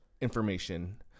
information